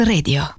Radio